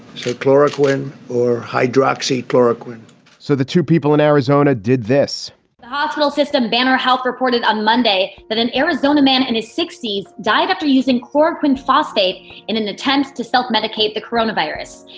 show chloroquine or hydroxy chloroquine so the two people in arizona did this the hospital system, banner. health reported on monday that an arizona man in and his sixty s died after using korwin phosphate in an attempt to self-medicate the corona virus.